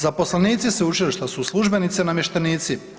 Zaposlenici sveučilišta su službenici i namještenici.